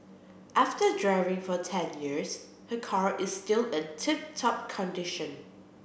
after driving for ten years her car is still in tip top condition